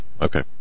okay